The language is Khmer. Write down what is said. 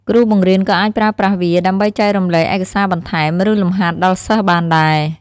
គ្រូបង្រៀនក៏អាចប្រើប្រាស់វាដើម្បីចែករំលែកឯកសារបន្ថែម ឬលំហាត់ដល់សិស្សបានដែរ។